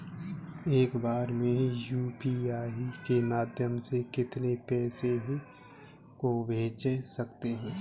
एक बार में यू.पी.आई के माध्यम से कितने पैसे को भेज सकते हैं?